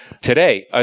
today